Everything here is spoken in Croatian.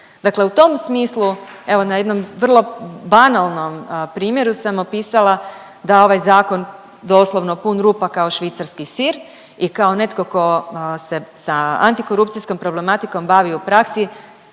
Dakle, u tom smislu evo na jednom vrlo banalnom primjeru sam opisala da je ovaj zakon doslovno pun rupa kao švicarski sir i kao netko tko se sa antikorupcijskom problematikom bavi u praksi